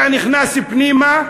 אתה נכנס פנימה,